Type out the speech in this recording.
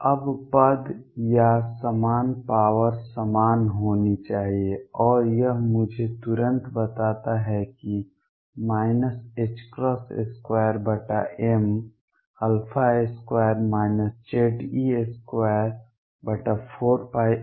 अब पद या समान पॉवर समान होनी चाहिए और यह मुझे तुरंत बताता है कि 2m2 Ze24π00